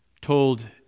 told